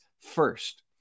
first